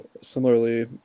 similarly